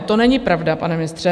To není pravda, pane ministře.